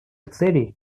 целей